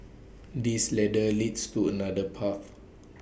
this ladder leads to another path